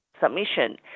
submission